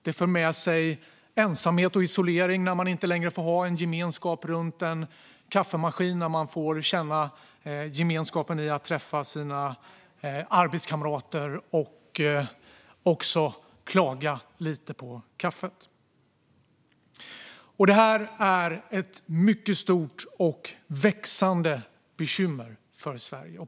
Det för med sig ensamhet och isolering när man inte längre får känna gemenskapen runt kaffemaskinen, gemenskapen i att träffa sina arbetskamrater och klaga lite på kaffet. Det här är ett mycket stort och växande bekymmer för Sverige.